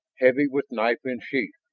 heavy with knife in sheath.